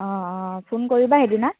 অ' অ' ফোন কৰিবা সেইদিনা